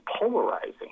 polarizing